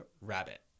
Rabbit